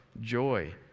joy